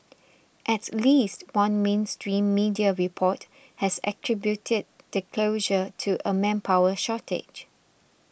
at least one mainstream media report has attributed the closure to a manpower shortage